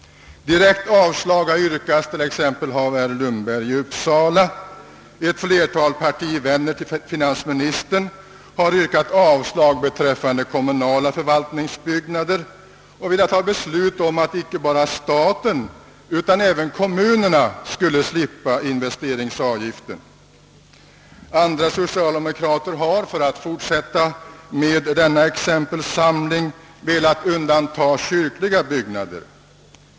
Direkt avslag har yrkats t.ex. av herr Lundberg i Uppsala. Ett flertal partivänner till finansministern har yrkat avslag beträffande kommunala förvaltningsbyggnader och velat ha beslut om att icke bara staten utan även kommunerna skulle slippa investeringsavgiften. Andra socialdemokrater har, för att fortsätta med exempelsamlingen, velat undantaga kyrkliga byggnader.